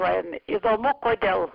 paėmė įdomu kodėl